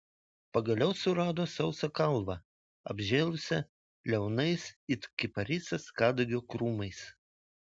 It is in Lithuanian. pagaliau surado sausą kalvą apžėlusią liaunais it kiparisas kadagio krūmais